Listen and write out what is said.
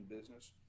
business